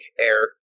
air